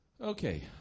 Okay